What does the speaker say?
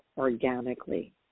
organically